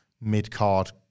mid-card